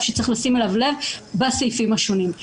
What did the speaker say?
שצריך לשים אליו לב בסעיפים השונים.